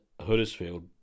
Huddersfield